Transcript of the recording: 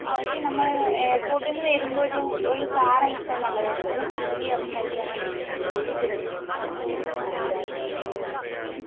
ആ ഓക്കെ നമ്മൾ എയർപോർട്ടിന്ന് വരുമ്പോൾ ഒരു ഒരു കാർ അയച്ചാൽ നല്ലതായിരുന്നു നമ്മൾ ഫാമിലി ഒക്കെ ആയിട്ടാണ് വരുന്നത്